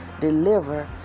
Deliver